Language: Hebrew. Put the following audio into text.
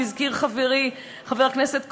והזכיר חברי חבר הכנסת כהן,